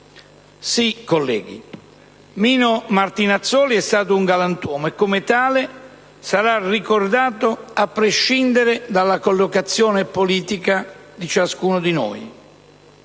Sì, colleghi, Mino Martinazzoli è stato un galantuomo, e come tale sarà ricordato, a prescindere dalla collocazione politica di ciascuno di noi.